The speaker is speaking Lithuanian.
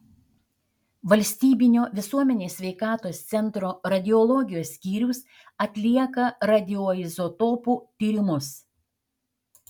valstybinio visuomenės sveikatos centro radiologijos skyrius atlieka radioizotopų tyrimus